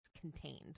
contained